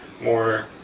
more